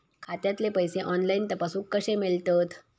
खात्यातले पैसे ऑनलाइन तपासुक कशे मेलतत?